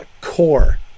core